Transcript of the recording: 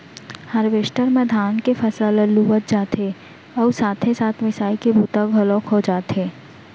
harvester म धान के फसल ल लुवत जाथे अउ साथे साथ मिसाई के बूता घलोक हो जाथे